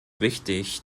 wichtig